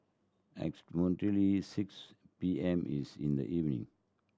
approximately six P M is in the evening